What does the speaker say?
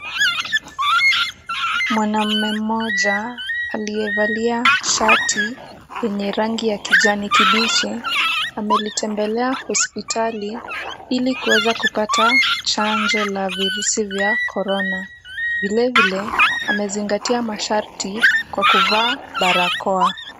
Mwanamume mmoja aliyevalia shati yenye rangi ya kijani kibichi, amelitembelea hospitali ili kuweza kupata chanjo la virusi vya korona. Vilevile, amezingatia masharti kwa kuvaa barakoa.